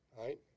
right